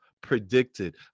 predicted